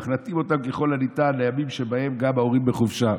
אך נתאים אותם ככל הניתן לימים שבהם גם ההורים בחופשה.